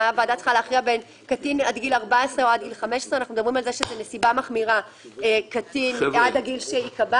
הוועדה צריכה להכריע בין קטין עד גיל 14 או עד גיל 15. אנחנו מדברים על זה שזו נסיבה מחמירה קטין עד הגיל שייקבע.